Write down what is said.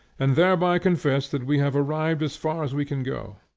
and thereby confess that we have arrived as far as we can go.